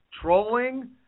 trolling